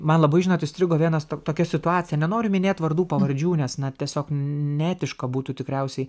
man labai žinot įstrigo vienas to tokia situacija nenoriu minėti vardų pavardžių nes na tiesiog neetiška būtų tikriausiai